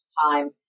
time